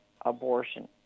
abortion